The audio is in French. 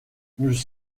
nous